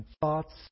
thoughts